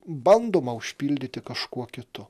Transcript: bandoma užpildyti kažkuo kitu